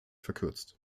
verkürzt